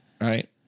right